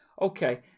Okay